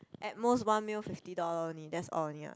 at most one meal fifty dollar only that's all only ah